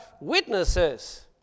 witnesses